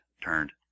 turned